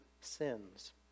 sins